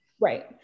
Right